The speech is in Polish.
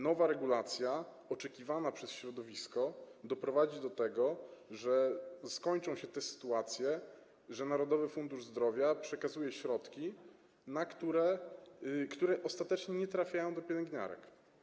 Nowa regulacja, oczekiwana przez środowisko, doprowadzi do tego, że skończą się te sytuacje, że Narodowy Fundusz Zdrowia przekazuje środki, które ostatecznie nie trafiają do pielęgniarek.